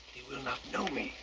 will not know me.